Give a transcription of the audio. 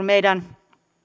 meidän